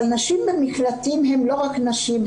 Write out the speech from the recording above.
נשים במקלטים הן לא רק נשים,